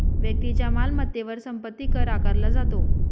व्यक्तीच्या मालमत्तेवर संपत्ती कर आकारला जातो